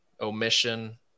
omission